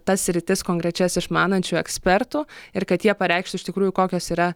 tas sritis konkrečias išmanančių ekspertų ir kad jie pareikštų iš tikrųjų kokios yra